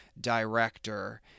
director